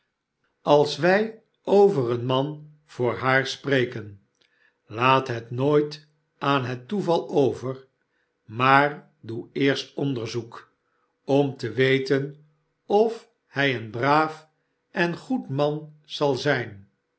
wy over een joe willet de knaap man voor haar spreken laat het nooit aan het toeval over maar doe eerst onderzoek om te weten of hij een braaf en goed man zal zijn